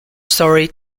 story